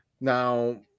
Now